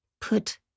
put